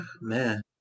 man